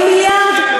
40 מיליארד?